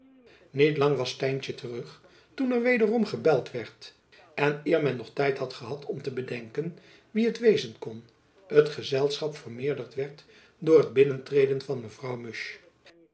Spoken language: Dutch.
niet lang was stijntjen terug toen er wederom gebeld werd en eer men nog tijd had gehad om te bedenken wie het wezen kon het gezelschap vermeerderd werd door het binnentreden van mevrouw